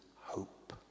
hope